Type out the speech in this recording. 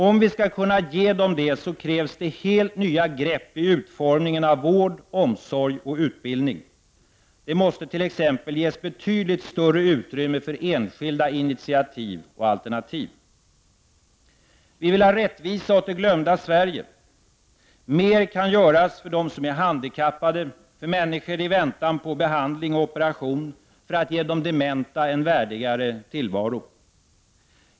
Om vi skall kunna ge dem det krävs helt nya grepp i utformningen av vård, omsorg och utbildning. Det måste t.ex. ges betydligt större utrymme för enskilda initiativ och alternativ. Vi vill ha rättvisa åt det glömda Sverige. Mer kan göras för dem som är handikappade, för människor i väntan på behandling och operation, för att ge de dementa en värdigare tillvaro.